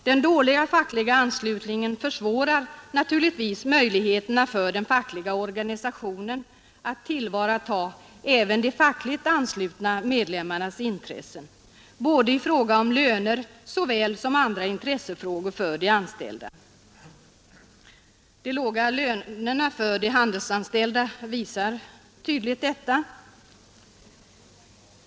Den dåliga fackliga anslutningen minskar naturligtvis möjligheterna för den fackliga organisationen att tillvarata även de fackligt anslutna medlemmarnas intressen såväl beträffande löner som när det gäller andra intressefrågor för de anställda. De låga lönerna för de handelsanställda visar tydligt detta.